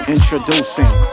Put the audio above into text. Introducing